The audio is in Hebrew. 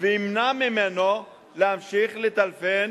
וימנע ממנו להמשיך לטלפן